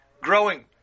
growing